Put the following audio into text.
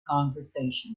conversation